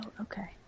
Okay